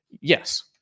Yes